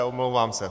Omlouvám se.